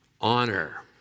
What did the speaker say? honor